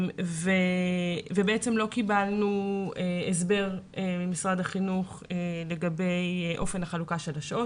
לא קיבלנו הסבר ממשרד החינוך לגבי אופן חלוקת השעות.